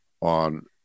on